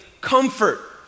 comfort